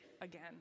again